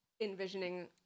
envisioning